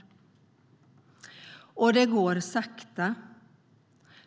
Och arbetet går sakta.